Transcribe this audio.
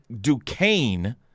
Duquesne